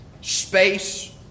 space